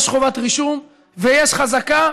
יש חובת רישום ויש חזקה.